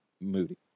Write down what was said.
Moody